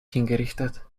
hingerichtet